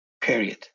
period